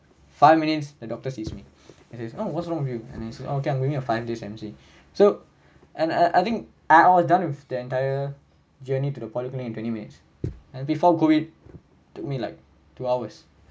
five minutes the doctors sees me he say oh what's wrong with you and he is oh I'm giving you a five day M_C so and I I think I was done with the entire journey to the polyclinic in twenty minutes and before COVID to me like two hours